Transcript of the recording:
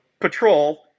patrol